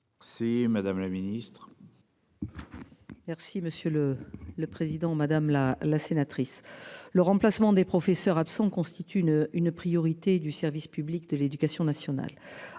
Si Madame la Ministre. Merci monsieur le le président, madame la la sénatrice le remplacement des professeurs absents constitue une une priorité du service public de l'éducation nationale,